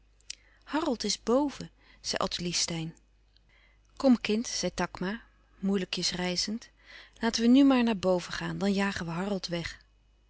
harold is boven zei ottilie steyn kom kind zei takma moeilijkjes rijzend laten we nu maar naar boven gaan dan jagen we harold weg